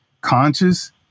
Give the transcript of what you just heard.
conscious